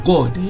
God